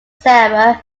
sarah